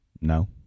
no